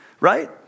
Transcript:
right